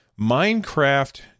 Minecraft